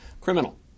criminal